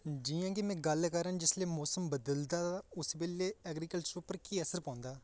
जि'यां कि में गल्ल करां जिसलै मौसम बदलदा उस बेल्लै ऐगरीकल्चर उप्पर केह् असर पौंदा